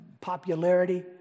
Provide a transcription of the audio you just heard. popularity